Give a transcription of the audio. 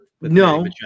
No